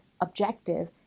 objective